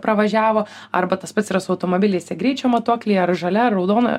pravažiavo arba tas pats yra su automobiliais tie greičio matuokliai ar žalia ar raudona